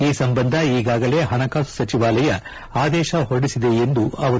ಈ ಸಂಬಂಧ ಈಗಾಗಲೇ ಹಣಕಾಸು ಸಚಿವಾಲಯ ಆದೇಶ ಹೊರಡಿಸಿದೆ ಎಂದರು